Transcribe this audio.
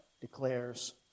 declares